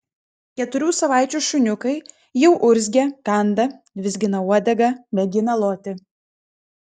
keturių savaičių šuniukai jau urzgia kanda vizgina uodegą mėgina loti